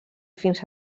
fins